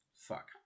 Fuck